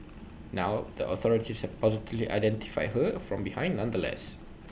now the authorities have positively identified her from behind nonetheless